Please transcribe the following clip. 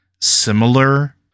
similar